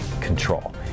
control